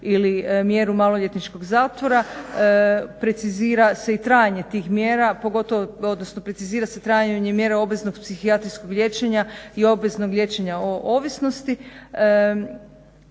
ili mjeru maloljetničkog zatvora, precizira se i trajanje tih mjera odnosno precizira se trajanje mjera obavezanog psihijatrijskog liječenja i obveznog liječenja o ovisnosti.